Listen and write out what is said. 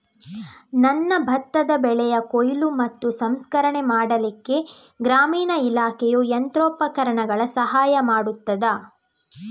ನನ್ನ ಭತ್ತದ ಬೆಳೆಯ ಕೊಯ್ಲು ಮತ್ತು ಸಂಸ್ಕರಣೆ ಮಾಡಲಿಕ್ಕೆ ಗ್ರಾಮೀಣ ಇಲಾಖೆಯು ಯಂತ್ರೋಪಕರಣಗಳ ಸಹಾಯ ಮಾಡುತ್ತದಾ?